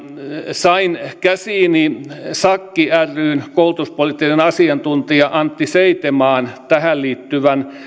sain käsiini sakki ryn koulutuspoliittisen asiantuntijan antti seitamaan tähän liittyvän